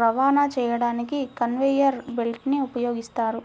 రవాణా చేయడానికి conveyor belt ని ఉపయోగిస్తారు